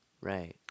Right